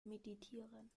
meditieren